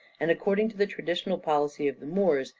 and according to the traditional policy of the moors,